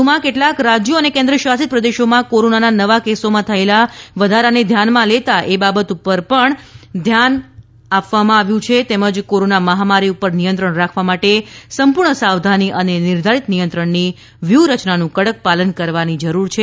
વધુમાં કેટલાક રાજ્યો અને કેન્દ્રશાસિત પ્રદેશોમાં કોરોના નવા કેસોમાં થયેલા વધારાને ધ્યાનમાં લેતા એ બાબત પર પણ ભાર મૂકવામાં આવ્યો છે કે કોરોના પર નિયંત્રણ રાખવા માટે સંપૂર્ણ સાવધાની અને નિર્ધારિત નિયંત્રણની વ્યૂહરચનાનું કડક પાલન કરવાની જરૂર છે